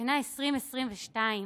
השנה, 2022,